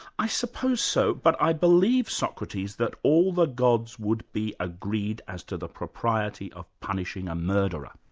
i suppose so, but i believe, socrates, that all the gods would be agreed as to the propriety of punishing a murderer.